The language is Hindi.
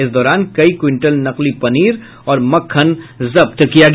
इस दौरान कई क्विंटल नकली पनीर और मक्खन जब्त किया गया